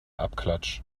abklatsch